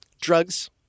drugs